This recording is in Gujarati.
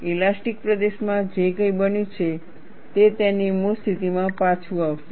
ઇલાસ્ટીક પ્રદેશમાં જે કંઈ બન્યું છે તે તેની મૂળ સ્થિતિમાં પાછું આવશે